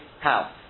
house